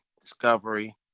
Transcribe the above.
discovery